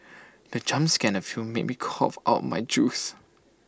the jump scare in the film made me cough out my juice